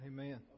Amen